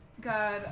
God